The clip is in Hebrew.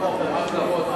זה היה מאיים.